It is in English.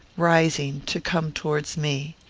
rising, to come towards me.